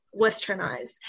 Westernized